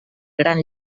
gran